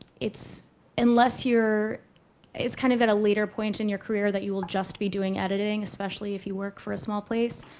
it's unless you're it's, kind of, at a later point in your career that you will just be doing editing, especially if you work for a small place.